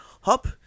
Hop